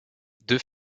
deux